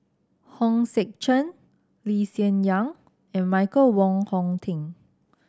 Hong Sek Chern Lee Hsien Yang and Michael Wong Hong Teng